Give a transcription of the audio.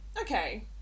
okay